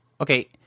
okay